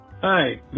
Hi